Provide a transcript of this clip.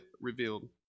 revealed